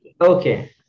okay